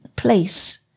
place